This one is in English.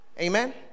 Amen